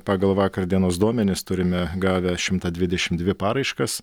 pagal vakar dienos duomenis turime gavę šimtą dvidešim dvi paraiškas